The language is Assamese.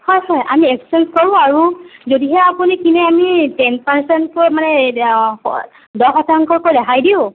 হয় চাৰ আমি একচেঞ্জ কৰোঁ আৰু যদিহে আপুনি কিনে আমি টেন পাৰচেণ্টকৈ মানে দহ শতাংশকৈ ৰেহাই দিওঁ